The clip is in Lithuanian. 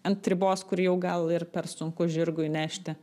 ant ribos kur jau gal ir per sunku žirgui nešti